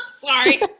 sorry